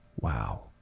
Wow